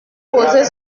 posé